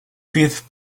fifth